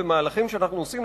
במהלכים שאנחנו עושים,